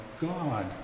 God